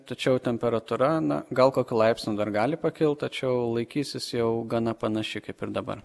tačiau temperatūra na gal kokiu laipsniu dar gali pakilt tačiau laikysis jau gana panaši kaip ir dabar